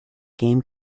game